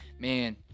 Man